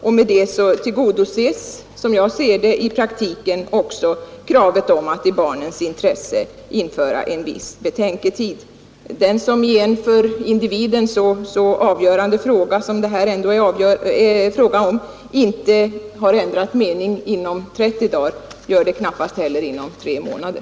Vi anser att man därmed i praktiken tillgodoser också kravet om att i barnens intresse införa en viss betänketid. Den som i en för individen så avgörande fråga som denna inte har ändrat mening inom 30 dagar gör det knappast heller inom tre månader.